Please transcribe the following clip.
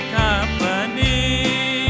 company